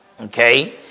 Okay